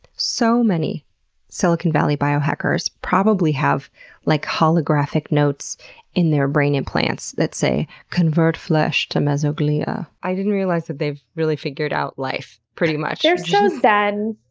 so many silicon valley biohackers probably have like holographic notes in their brain implants that say, convert flesh to mesoglea, i didn't realize that they've really figured out life. pretty much. they're so zen.